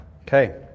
Okay